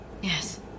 Yes